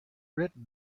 written